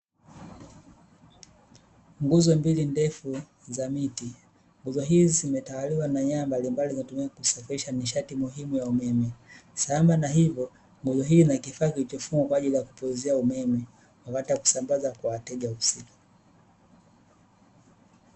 Nguzo mbili ndefu za miti, nguzo hizi zimetawaliwa na nyaya mbalimbali zilizotumiwa kusafirisha nishati muhimu ya umeme. Sambamba na hivo, nguzo hii ina kifaa kilichofungwa kwa ajili ya kugeuzia umeme wakati wa kusambaza kwa wateja husika.